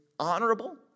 honorable